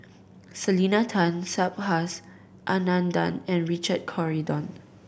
Selena Tan Subhas Anandan and Richard Corridon